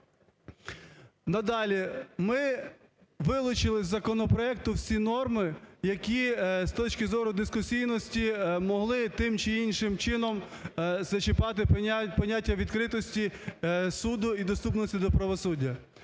Надалі ми вилучили із законопроекту всі норми, які з точки зору дискусійності могли тим чи іншим чином зачіпати поняття відкритості суду і доступності до правосуддя.